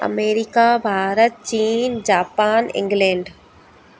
America Bharat चीन Japan England